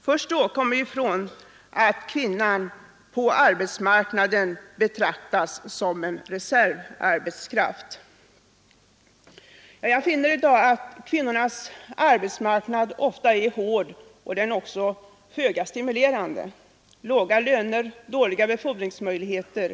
Först då kommer vi ifrån den gamla inställningen att kvinnan på arbetsmarknaden betraktas som en reservarbetskraft. Kvinnornas arbetsmarknad är i dag ofta hård och föga stimulerande, med låga löner och dåliga befordringsmöjligheter.